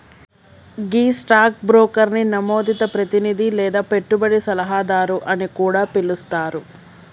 గీ stock బ్రోకర్ని నమోదిత ప్రతినిధి లేదా పెట్టుబడి సలహాదారు అని కూడా పిలుస్తారు